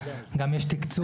גם יש תקצוב בהחלטה עצמה.